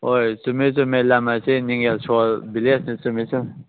ꯍꯣꯏ ꯆꯨꯝꯃꯦ ꯆꯨꯝꯃꯦ ꯂꯝ ꯑꯁꯤ ꯅꯤꯡꯉꯦꯜ ꯁꯣꯜ ꯚꯤꯂꯦꯖꯅꯤ ꯆꯨꯝꯃꯤ ꯆꯨꯝꯃꯤ